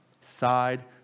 side